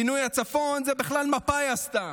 את פינוי הצפון בכלל מפא"י עשתה.